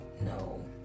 no